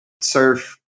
surf